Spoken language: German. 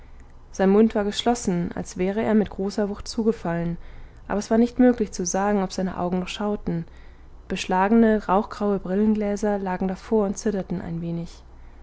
sein mund war geschlossen als wäre er mit großer wucht zugefallen aber es war nicht möglich zu sagen ob seine augen noch schauten beschlagene rauchgraue brillengläser lagen davor und zitterten ein wenig